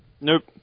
Nope